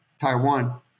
Taiwan